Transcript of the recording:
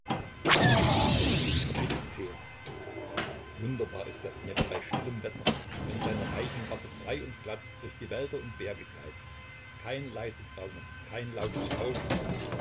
wunderbar ist der dnjepr bei stillem wetter wenn seine reichen wasser frei und glatt durch die wälder und berge gleiten kein leises raunen kein lautes rauschen